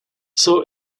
saw